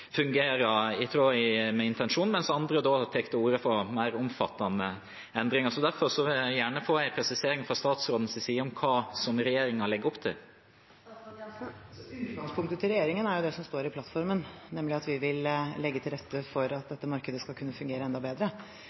fungerer godt, men med noen tilpasninger vil det fungere i tråd med intensjonen, mens andre tar til orde for mer omfattende endringer. Derfor vil jeg gjerne få en presisering fra statsrådens side om hva regjeringen legger opp til. Utgangspunktet til regjeringen er det som står i plattformen, nemlig at vi vil legge til rette for at dette markedet skal kunne fungere enda bedre.